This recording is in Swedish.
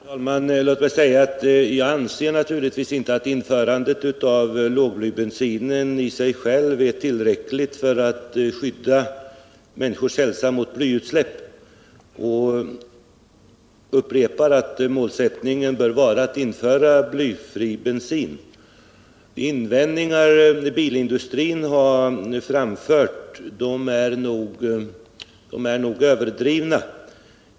Herr talman! Låt mig säga att jag naturligtvis inte anser att införandet av lågblybensin är en tillräcklig åtgärd för att skydda människors hälsa mot blyutsläpp. Jag vill upprepa att målsättningen bör vara att införa blyfri bensin. De invändningar som bilindustrin har framfört är nog överdrivna.